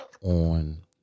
on